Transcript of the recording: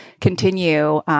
continue